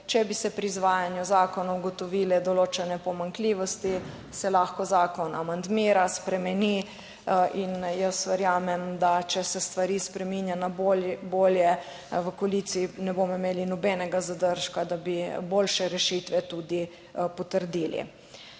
Če bi se pri izvajanju zakona ugotovile določene pomanjkljivosti, se lahko zakon amandmira, spremeni in jaz verjamem, da če se stvari spreminjajo na bolje, v koaliciji ne bomo imeli nobenega zadržka, da bi boljše rešitve tudi potrdili.